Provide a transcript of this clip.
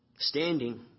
Standing